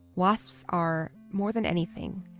wasps are, more than anything,